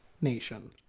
nation